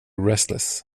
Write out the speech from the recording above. restless